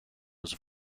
was